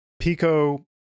Pico